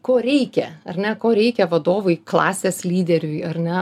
ko reikia ar ne ko reikia vadovui klasės lyderiui ar ne